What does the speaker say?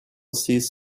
sees